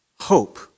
Hope